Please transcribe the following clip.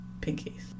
pinkies